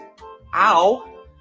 Ow